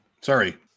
Sorry